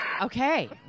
okay